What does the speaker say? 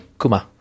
Kuma